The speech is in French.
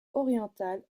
orientale